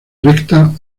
recta